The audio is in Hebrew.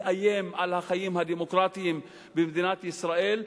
מאיים על החיים הדמוקרטיים במדינת ישראל.